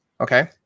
okay